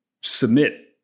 submit